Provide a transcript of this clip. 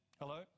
Hello